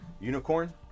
Unicorn